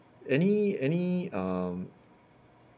any any um